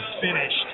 finished